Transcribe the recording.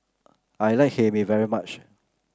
I like Hae Mee very much